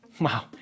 Wow